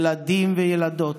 ילדים וילדות,